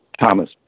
Thomas